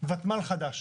ותמ"ל חדש,